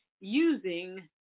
using